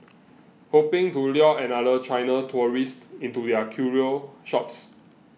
hoping to lure another China tourist into their curio shops